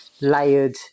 layered